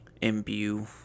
imbue